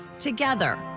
together,